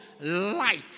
light